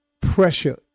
pressure